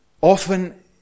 often